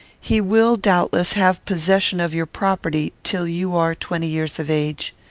he will, doubtless, have possession of your property till you are twenty years of age.